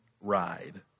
ride